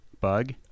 Bug